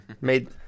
Made